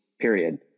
period